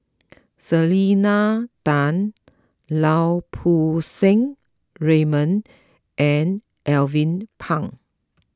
Selena Tan Lau Poo Seng Raymond and Alvin Pang